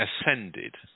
ascended